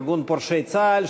ארגון פורשי צה"ל,